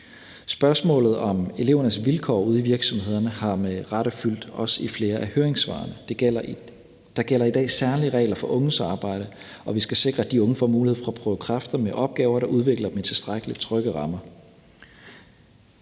Spørgsmålet om elevernes vilkår ude i virksomhederne har med rette fyldt, også i flere af høringssvarene. Der gælder i dag særlige regler for unges arbejde, og vi skal sikre, at de unge får mulighed for at prøve kræfter med opgaver, der udvikler dem i tilstrækkelig trygge rammer.